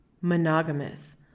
monogamous